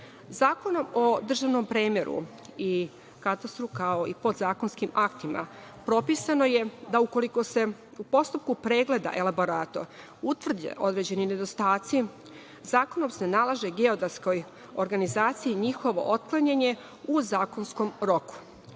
o državnom premeru i katastru, kao i podzakonskim aktima, propisano je da se, ukoliko se u postupku pregleda elaborata utvrde određeni nedostaci, zakonom nalaže geodetskoj organizaciji njihovo otklanjanje u zakonskom roku.